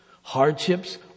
Hardships